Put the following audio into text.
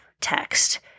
text